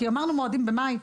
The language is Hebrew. כי אמרנו מועדים במאי,